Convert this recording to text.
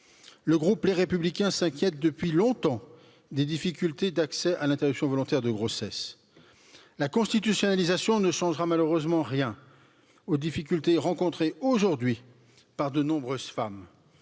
Le groupe Les Républicains s'inquiète depuis longtemps des difficultés d'accès à l'interruption volontaire de grossesse. La constitutionnalisation ne changera malheureusement rien aux difficultés rencontrées aujourd'hui par de nombreuses femmes.